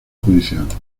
judicial